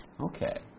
Okay